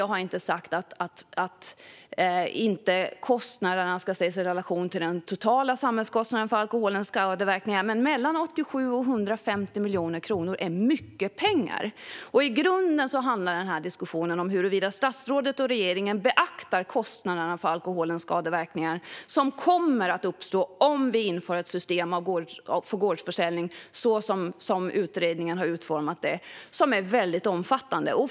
Jag har inte sagt att kostnaderna inte ska ses i relation till den totala samhällskostnaden för alkoholens skadeverkningar. Men mellan 87 och 150 miljoner kronor är mycket pengar. I grunden handlar denna diskussion om huruvida statsrådet och regeringen beaktar kostnaderna för alkoholens skadeverkningar, som kommer att uppstå om vi inför ett system för gårdsförsäljning så som utredningen har utformat det, som är väldigt omfattande.